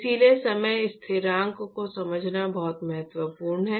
इसलिए समय स्थिरांक को समझना बहुत महत्वपूर्ण है